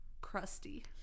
crusty